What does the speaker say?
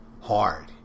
hard